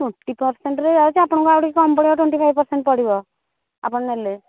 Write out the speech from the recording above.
twenty ପରସେଣ୍ଟରେ ଯାଉଛି ଆପଣଙ୍କୁ ଆଉ ଟିକିଏ କମ୍ ପଡ଼ିବ ଟ୍ୱେନଟି ଫାଇପ ପରସେଣ୍ଟ ପଡ଼ିବ ଆପଣ ନେଲେ